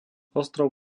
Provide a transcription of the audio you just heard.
ostrov